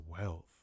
wealth